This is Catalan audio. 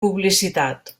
publicitat